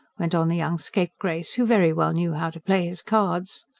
went on the young scapegrace, who very well knew how to play his cards.